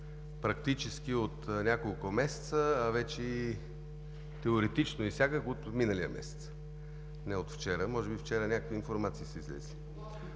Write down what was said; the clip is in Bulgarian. Практически от няколко месеца, а вече теоретично и всякак – от миналия месец. Не е от вчера. Може би вчера са излезли